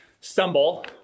stumble